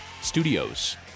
studios